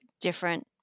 different